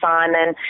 Simon